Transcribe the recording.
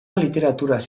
literaturaz